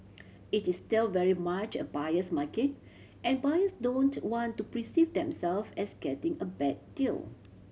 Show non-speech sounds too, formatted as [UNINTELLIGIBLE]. it is still very much a buyer's market and buyers don't want to [UNINTELLIGIBLE] themselves as getting a bad deal